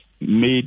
made